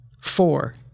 Four